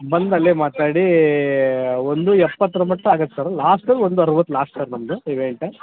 ಬಂದು ಅಲ್ಲೆ ಮಾತಾಡಿ ಒಂದು ಎಪ್ಪತ್ತರ ಮಟ್ಟ ಆಗತ್ತೆ ಸರ್ ಲಾಸ್ಟ್ ಒಂದು ಅರವತ್ತು ಲಾಸ್ಟ್ ಸರ್ ನಮ್ದು ಈವೆಂಟ್